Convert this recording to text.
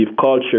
culture